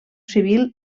civil